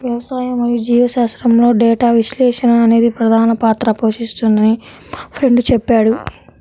వ్యవసాయం మరియు జీవశాస్త్రంలో డేటా విశ్లేషణ అనేది ప్రధాన పాత్ర పోషిస్తుందని మా ఫ్రెండు చెప్పాడు